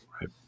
right